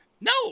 No